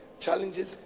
challenges